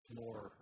more